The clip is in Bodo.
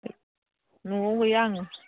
न'आव गैया आङो